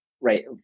right